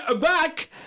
Back